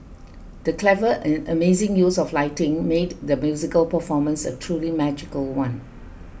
the clever and amazing use of lighting made the musical performance a truly magical one